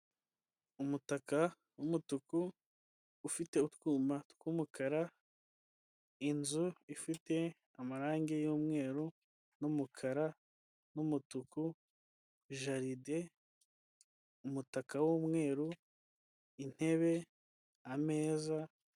Umutaka w'umutuku ufite utwuma tw'umukara, inzu ifite amarangi y'umweru n'umukara n'umutuku, jaride, umutaka w'umweru, intebe, ameza.